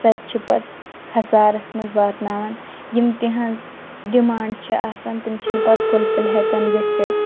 سۄ تہِ چھِ پَتہٕ کھَسارَس منٛز واتناوَان یِم تِہٕنٛز ڈِمانٛڈ چھِ آسان تِم چھِ نہٕ پَتہٕ فُلفِل ہیٚکان گٔژھِتھ